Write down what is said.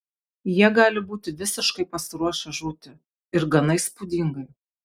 jie gali būti visiškai pasiruošę žūti ir gana įspūdingai